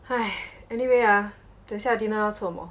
!hais! anyway ah 等一下 dinner 要吃什么